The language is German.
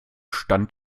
stand